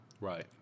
Right